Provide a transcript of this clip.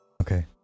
Okay